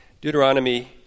Deuteronomy